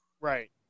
Right